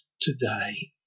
today